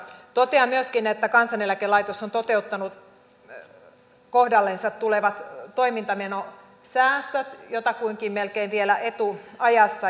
totean myöskin että kansaneläkelaitos on toteuttanut kohdallensa tulevat toimintamenosäästöt jotakuinkin melkein vielä etuajassa